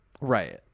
Right